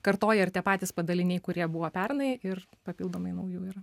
kartoja ir tie patys padaliniai kurie buvo pernai ir papildomai naujų yra